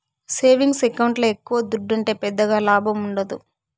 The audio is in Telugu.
సేవింగ్స్ ఎకౌంట్ల ఎక్కవ దుడ్డుంటే పెద్దగా లాభముండదు